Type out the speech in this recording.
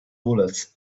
bullets